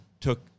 took